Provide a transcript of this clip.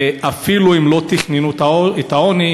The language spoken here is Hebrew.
ואפילו אם לא תכננו את העוני,